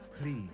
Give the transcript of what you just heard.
Please